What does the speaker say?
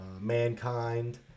Mankind